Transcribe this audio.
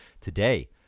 Today